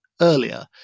earlier